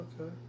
Okay